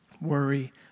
Worry